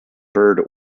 byrd